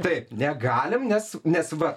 taip negalim nes nes va